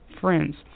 friends